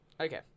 Okay